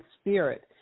Spirit